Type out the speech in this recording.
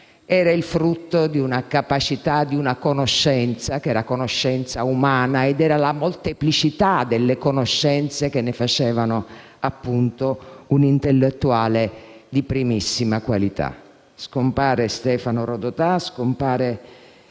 era il frutto di una conoscenza che è la conoscenza umana, ed era la molteplicità delle conoscenze che ne facevano appunto un intellettuale di primissima qualità. Scompare Stefano Rodotà, scompare